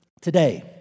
today